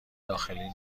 داخلی